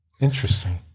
Interesting